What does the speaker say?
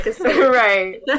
Right